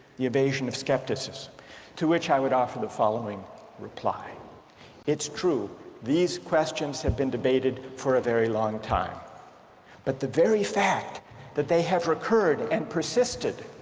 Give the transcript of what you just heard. the evasion of skepticism to which i would offer the following reply it's true these questions have been debated for a very long time but the very fact that they have reoccurred and persisted